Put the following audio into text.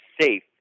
safe